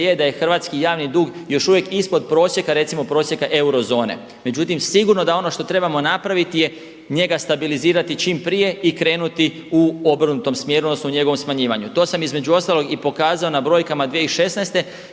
je da je hrvatski javni dug još uvijek ispod prosjeka, recimo prosjeka eurozone. Međutim, sigurno da ono što trebamo napraviti je njega stabilizirati čim prije i krenuti u obrnutom smjeru odnosno u njegovom smanjivanju. To sam između ostalog i pokazao na brojkama 2016.